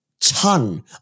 ton